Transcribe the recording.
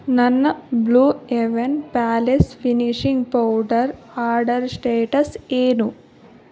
ನನ್ನ Blue Heaven palace finishing powder order status ಏನು